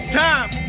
time